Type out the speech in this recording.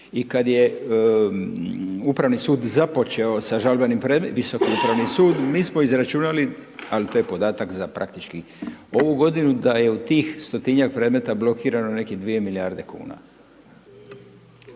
i kad je Upravni sud započeo sa žalbenim, Visoki upravni sud, mi smo izračunali al to je podatak za praktički ovu godinu, da je u tih 100-tinjak predmeta blokirano nekih 2 milijarde kuna.